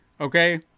Okay